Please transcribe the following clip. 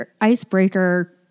icebreaker